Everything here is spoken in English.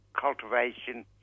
cultivation